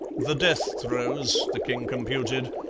the death throes, the king computed,